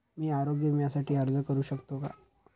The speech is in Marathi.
मी आरोग्य विम्यासाठी अर्ज करू शकतो का?